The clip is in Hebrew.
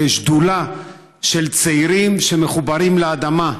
שדולה של צעירים שמחוברים לאדמה.